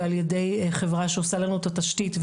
ועל ידי חברה שעושה לנו את התשתית,